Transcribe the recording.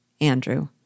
Andrew